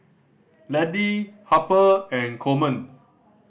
Laddie Harper and Coleman